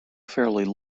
fairly